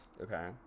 Okay